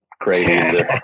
crazy